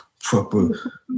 proper